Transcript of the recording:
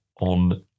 on